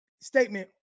statement